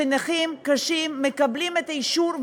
שנכים קשים מקבלים את האישור,